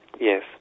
yes